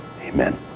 Amen